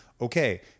okay